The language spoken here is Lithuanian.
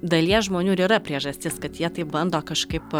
dalies žmonių ir yra priežastis kad jie taip bando kažkaip